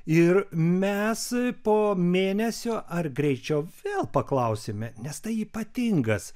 ir mes po mėnesio ar greičiau vėl paklausime nes tai ypatingas